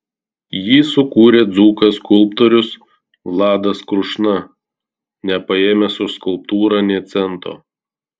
jį sukūrė dzūkas skulptorius vladas krušna nepaėmęs už skulptūrą nė cento